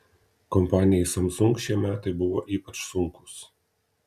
kompanijai samsung šie metai buvo ypač sunkūs